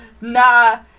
nah